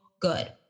good